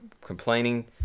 complaining